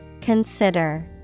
Consider